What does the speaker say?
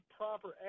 proper